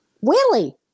Willie